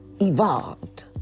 evolved